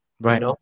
right